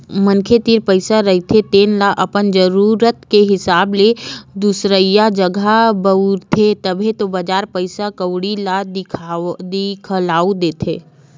मनखे तीर पइसा रहिथे तेन ल अपन जरुरत के हिसाब ले दुसरइया जघा बउरथे, तभे तो बजार पइसा कउड़ी ह दिखउल देथे